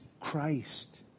Christ